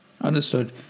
Understood